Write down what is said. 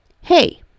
hey